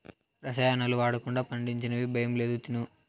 రసాయనాలు వాడకుండా పండించినవి భయం లేదు తిను